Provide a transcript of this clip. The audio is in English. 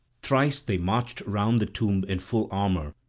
thrice they marched round the tomb in full armour,